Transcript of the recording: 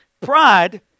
Pride